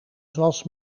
zoals